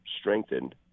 strengthened